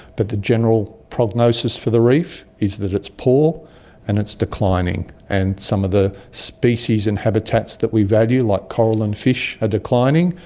but the general prognosis for the reef is that it's poor and it's declining. and some of the species and habitats that we value like coral and fish are ah declining,